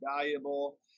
valuable